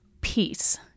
peace